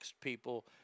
people